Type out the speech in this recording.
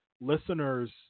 listeners